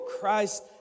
Christ